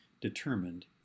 determined